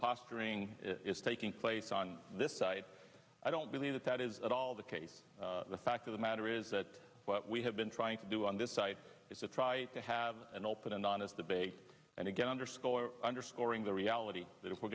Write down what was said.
posturing is taking place on this side i don't believe that that is at all the case the fact of the matter is that what we have been trying to do on this site is to try to have an open and honest debate and again underscore underscoring the reality that we're